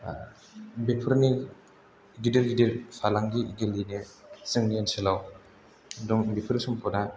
बेफोरनि गिदिर गिदिर फालांगि गेलेनो जोंनि ओनसोलाव दं बेफोर सम्फदा